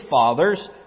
fathers